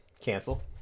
cancel